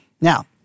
Now